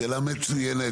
שאלה מצוינת.